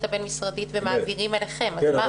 הבין משרדית ומעבירים אליכם --- אמת,